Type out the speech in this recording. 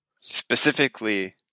specifically